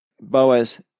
Boaz